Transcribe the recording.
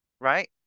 right